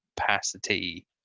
capacity